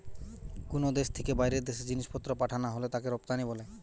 কুনো দেশ থিকে বাইরের দেশে জিনিসপত্র পাঠানা হলে তাকে রপ্তানি বলে